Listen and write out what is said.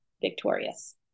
victorious